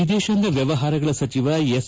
ವಿದೇಶಾಂಗ ವ್ಯವಹಾರಗಳ ಸಚಿವ ಎಸ್